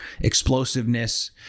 explosiveness